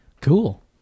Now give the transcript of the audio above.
Cool